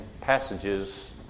passages